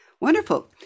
Wonderful